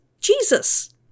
Jesus